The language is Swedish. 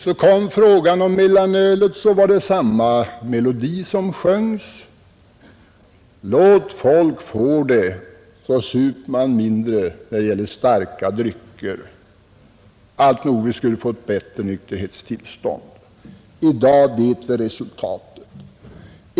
Så kom frågan om mellanölet upp. Samma melodi sjöngs då: Låt folk få mellanöl, så super de mindre av starkare drycker! Vi skulle få ett bättre nykterhetstillstånd. I dag känner vi till resultatet.